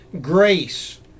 grace